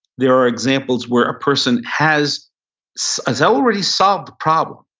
there are examples where a person has so has already solved the problem,